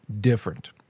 different